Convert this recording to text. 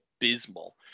abysmal